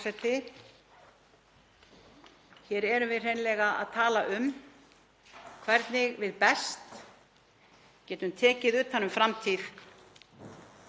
Hér erum við hreinlega að tala um hvernig við best getum tekið utan um framtíð